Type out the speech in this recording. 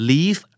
Leave